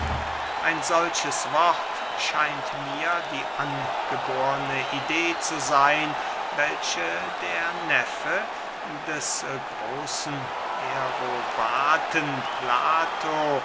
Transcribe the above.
ein solches wort scheint mir die angeborne idee zu seyn welche der neffe des großen aerobaten plato